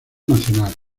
nacional